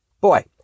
Boy